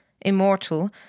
Immortal